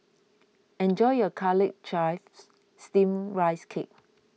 enjoy your Garlic Chives Steamed Rice Cake